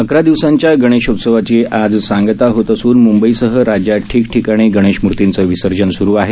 अकरा दिवसांच्या गणेशोत्सवाची आज सांगता होत असून मुंबईसह राज्यात ठीकठिकाणी गणेशमूर्तीचं विसर्जन स्रु आहे